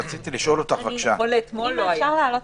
נכון לאתמול לא היה.